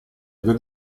aver